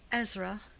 ezra,